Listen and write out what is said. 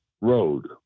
road